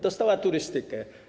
Dostała turystykę.